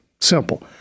simple